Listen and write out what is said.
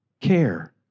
care